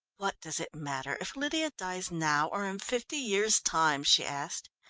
what does it matter if lydia dies now or in fifty years time? she asked.